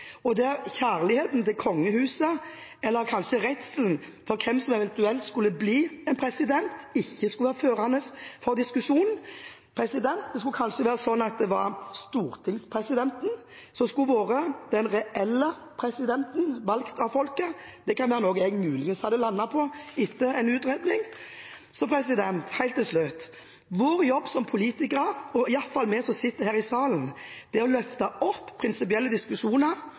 og der kjærligheten til kongehuset – eller kanskje redselen for hvem som eventuelt skulle bli president – ikke skulle være førende for diskusjonen. Kanskje skulle det være sånn at stortingspresidenten var den reelle presidenten, valgt av folket. Det kunne være noe jeg muligens hadde landet på etter en utredning. Helt til slutt: Vår jobb som politikere – i hvert fall vi som sitter her i salen – er å løfte prinsipielle diskusjoner